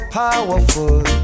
powerful